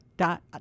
dot